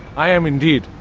i am indeed.